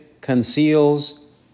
conceals